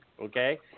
okay